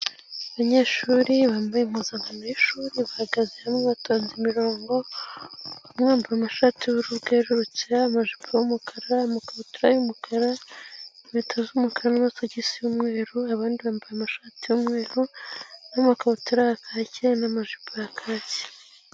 Abanyeshuri bambaye impuzankano y'ishuri bahagaze hamwe batonze imirongo, bamwe bambaye amashati y'uburu bwerurutse, amajipo y'umukara, amakabutura y' umukara, inkweto z'umukara n'amasogisi y'umweru, abandi bambaye amashati y'umweru n'amakabutura ya kake n'amajipo ya kake.